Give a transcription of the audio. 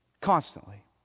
Constantly